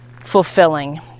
fulfilling